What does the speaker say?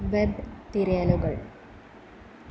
web തിരയലുകൾ